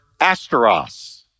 asteros